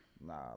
Nah